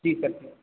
ठीक है